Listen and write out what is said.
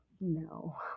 no